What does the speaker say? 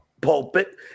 pulpit